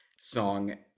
song